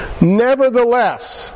Nevertheless